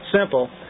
Simple